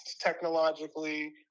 technologically